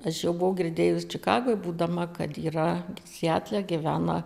aš jau buvau girdėjus čikagoje būdama kad yra sietle gyvena